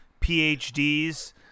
phds